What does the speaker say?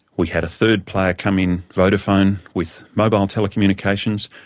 we had a third player come in, vodafone, with mobile um telecommunications,